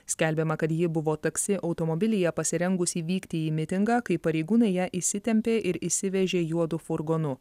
skelbiama kad ji buvo taksi automobilyje pasirengusi vykti į mitingą kai pareigūnai ją įsitempė ir įsivežė juodu furgonu